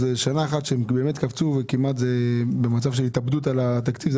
שנה אחת שבאמת קפצו וכמעט זה מצב של התאבדות על התקציב,